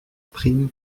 prime